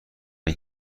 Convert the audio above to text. این